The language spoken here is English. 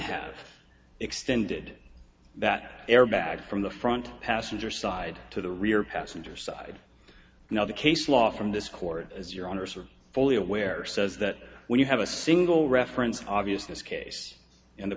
have extended that airbag from the front passenger side to the rear passenger side now the case law from this court as your owners are fully aware says that when you have a single reference obviousness case in the